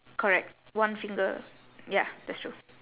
correct one finger ya that's true